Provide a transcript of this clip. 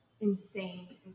insane